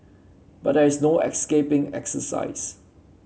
but there is no escaping exercise